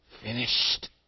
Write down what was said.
finished